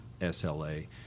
SLA